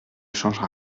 changera